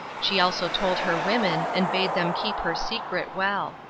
she also told her women, and bade them keep her secret well.